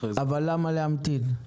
אבל למה להמתין?